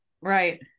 Right